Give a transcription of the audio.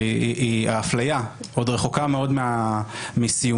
האפליה עוד רחוקה מאוד מסיומה.